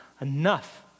Enough